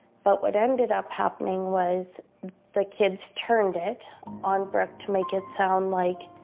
but what ended up happening was the kids turned it on brooke to make it sound like